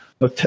no